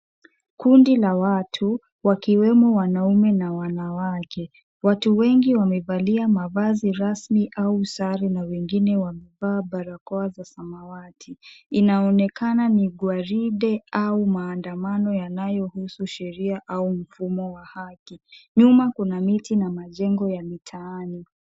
Kundi la watu wakiwemo wanaume na wanawake. Watu wengi wamevalia mavazi ramsi au sare na wengine wamevaa barakoa za samawati. Inaonekana ni gwaride au maandamano yanayohusu sheria au mfumo wa haki. Nyuma, kuna miti na majengo ya mitaani.